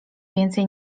więcej